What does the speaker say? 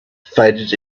faded